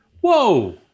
Whoa